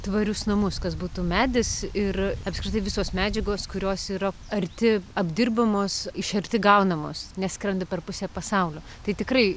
tvarius namus kas būtų medis ir apskritai visos medžiagos kurios yra arti apdirbamos iš arti gaunamos ne skrenda per pusę pasaulio tai tikrai